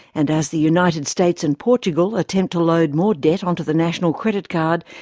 and as the united states and portugal attempt to load more debt onto the national credit card,